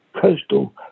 coastal